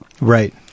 Right